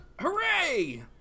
Hooray